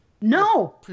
No